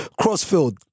Crossfield